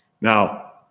Now